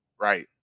Right